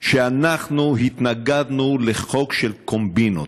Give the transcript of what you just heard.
שאנחנו התנגדנו לחוק של קומבינות,